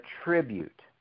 attribute